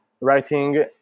writing